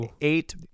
eight